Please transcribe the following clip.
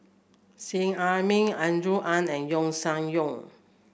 Seet Ai Mee Andrew Ang and Yeo Shih Yun